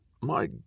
My